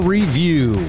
Review